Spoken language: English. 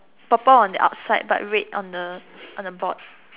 purple on the outside but red on the on the ball